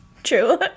True